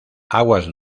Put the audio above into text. aguas